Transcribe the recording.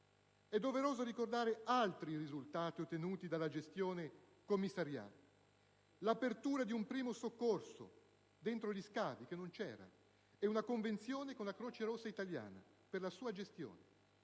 È doveroso ricordare altri risultati ottenuti dalla gestione commissariale: l'apertura di un primo soccorso dentro gli scavi, che non c'era, e una convenzione con la Croce Rossa Italiana per la sua gestione;